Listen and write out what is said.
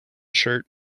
shirt